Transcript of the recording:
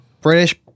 British